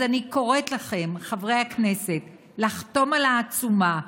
אז אני קוראת לכם חברי הכנסת לחתום על העצומה,